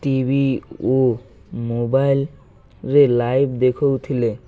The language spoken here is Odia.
ଟି ଭି ଓ ମୋବାଇଲରେ ଲାଇଭ୍ ଦେଖାଉଥିଲେ